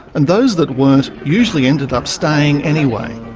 and those that weren't usually ended up staying anyway.